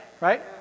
Right